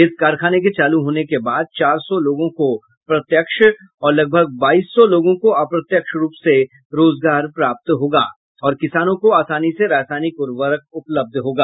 इस कारखाने के चालू होने के बाद चार सौ लोगों को प्रत्यक्ष और लगभग बाईस सौ लोगों को अप्रत्यक्ष रूप से रोजगार प्राप्त होगा और किसानों को आसानी से रासायनिक उर्वरक उपलब्ध होगा